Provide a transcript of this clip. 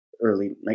early